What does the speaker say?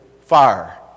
fire